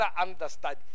understand